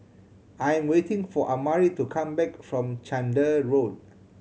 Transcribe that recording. I am waiting for Amari to come back from Chander Road